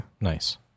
Nice